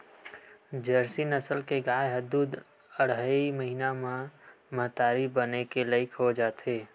Jersey नसल के गाय ह दू अड़हई महिना म महतारी बने के लइक हो जाथे